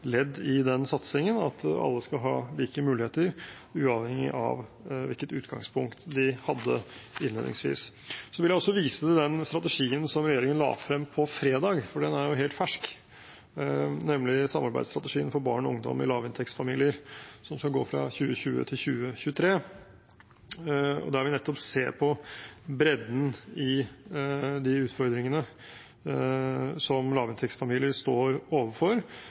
ledd i den satsingen – at alle skal ha like muligheter uavhengig av hvilket utgangspunkt de hadde innledningsvis. Jeg vil også vise til den strategien som regjeringen la frem på fredag, for den er helt fersk, nemlig samarbeidsstrategien for barn og ungdom i lavinntektsfamilier, som skal gå fra 2020 til 2023. Der ser vi nettopp på bredden i de utfordringene som lavinntektsfamilier står overfor,